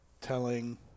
telling